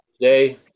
today